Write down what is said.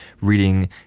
reading